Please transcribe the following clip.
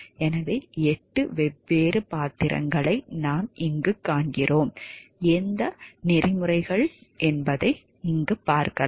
எனவே 8 வெவ்வேறு பாத்திரங்களை நாம் இங்கு காண்கிறோம் எந்த நெறிமுறைகள் விளையாடலாம்